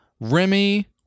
Remy